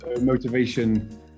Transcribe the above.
Motivation